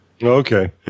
Okay